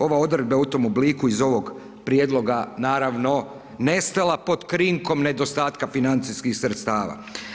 Ova odredba je u tom obliku iz ovog prijedloga naravno nestala pod krinkom nedostatka financijskih sredstava.